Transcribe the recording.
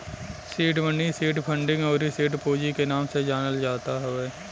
seed money seed funding अउरी seed पूंजी के नाम से जानल जात हवे